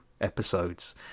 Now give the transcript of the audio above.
episodes